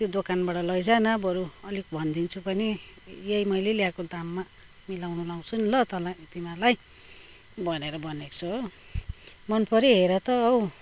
त्यो दोकानबाट लैजा न बरू अलिक भनिदिन्छु पनि यही मैले ल्याएको दाममा मिलाउनु लाउँछु नि ल तँलाई तिमीहरूलाई भनेर भनेको छु हो मनपर्यो हेर त औ